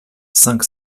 cinq